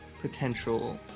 potential